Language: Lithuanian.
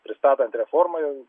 pristatant reformą jau